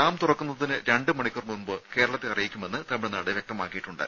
dam തുറക്കുന്നതിനു രണ്ടു മണിക്കൂർ മുമ്പ് കേരളത്തെ അറിയിക്കുമെന്ന് തമിഴ്നാട് വ്യക്തമാക്കിയിട്ടുണ്ട്